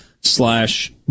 slash